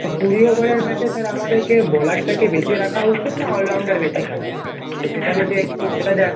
তো কুড়ি ওভারের ম্যাচে স্যার আমাদেরকে বলারটা কি বেশি রাখা উচিৎ না অলরাউন্ডার বেশি খেলাবো তো সেটা যদি একটু বলে দেন